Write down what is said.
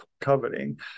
coveting